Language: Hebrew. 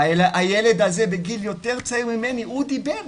והילד הזה הוא בגיל יותר צעיר ממני והוא דיבר,